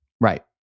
Right